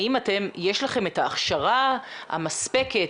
האם יש לכם את ההכשרה המספקת,